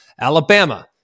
Alabama